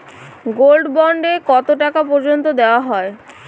Gold bond এ কতো টাকা পর্যন্ত দেওয়া হয়?